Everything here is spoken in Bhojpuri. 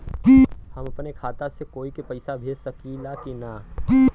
हम अपने खाता से कोई के पैसा भेज सकी ला की ना?